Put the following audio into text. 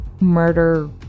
murder